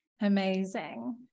amazing